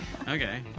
Okay